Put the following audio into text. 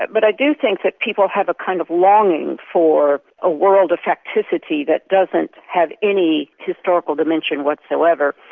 but i do think that people have a kind of longing for a world of facticity that doesn't have any historical dimension whatsoever.